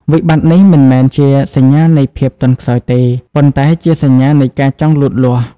វិបត្តិនេះមិនមែនជាសញ្ញានៃភាពទន់ខ្សោយទេ ប៉ុន្តែជាសញ្ញានៃការចង់លូតលាស់។